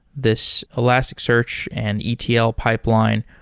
this elasticsearch and etl pipeline.